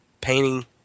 painting